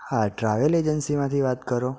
હા ટ્રાવેલ એજન્સીમાંથી વાત કરો